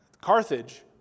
Carthage